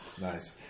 Nice